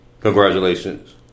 Congratulations